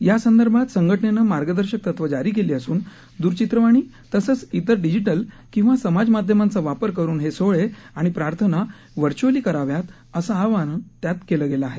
यासंदर्भात संघटनेनं मार्गदर्शक तत्व जारी केली असून द्ररचित्रवाणी तसंच इतर डिजीटल किंवा समाज माध्यमांचा वापर करून हे सोहळे आणि प्रार्थना व्हर्च्अली कराव्यात असं आवाहन त्यात केलं आहे